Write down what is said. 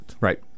Right